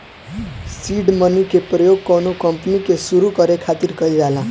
seed money के प्रयोग कौनो कंपनी के सुरु करे खातिर कईल जाला